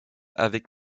avec